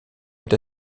est